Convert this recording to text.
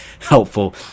helpful